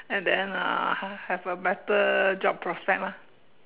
and then uh have a better job prospect lah